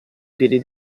piedi